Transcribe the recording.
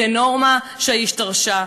זה נורמה שהשתרשה.